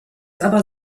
aber